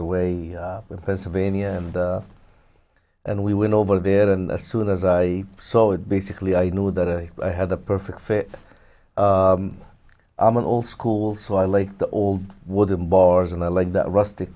away with pennsylvania and and we went over there and as soon as i saw it basically i knew that i had the perfect fit i'm an old school so i like the old wooden bars and i like that rustic